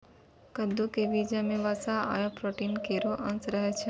कद्दू क बीजो म वसा आरु प्रोटीन केरो अंश रहै छै